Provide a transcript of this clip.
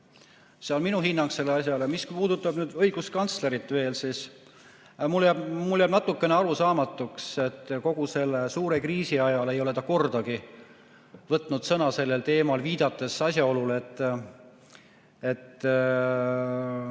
See on minu hinnang sellele asjale. Mis puudutab õiguskantslerit, siis veel jääb mulle natuke arusaamatuks, et kogu selle suure kriisi ajal ei ole ta kordagi võtnud sõna sellel teemal, viidates asjaolule, et